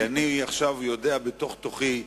כי אני עכשיו יודע בתוך תוכי,